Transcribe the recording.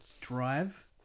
Drive